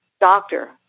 doctor